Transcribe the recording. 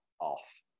off